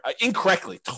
incorrectly